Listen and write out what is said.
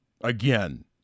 again